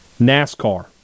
NASCAR